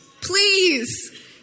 Please